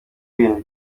ibintu